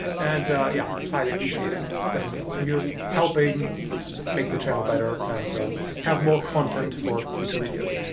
and yeah, it's highly appreciated. definitely awesome. you're helping make the channel better and have more content for future videos.